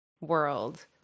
world